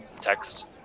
text